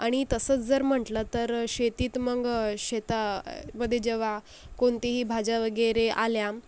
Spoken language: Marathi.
आणि तसंच जर म्हटलं तर शेतीत मग शेतामध्ये जेव्हा कोणतीही भाज्या वगैरे आल्या